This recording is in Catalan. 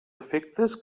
efectes